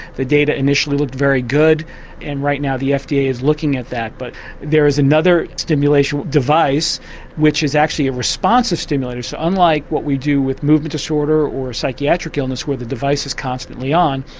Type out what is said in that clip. the data initially looked very good and right now the fda is looking at that. but there is another stimulation device which is actually a responsive stimulator, so unlike what we do with movement disorder disorder or psychiatric illness where the device is constantly on,